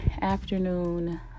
afternoon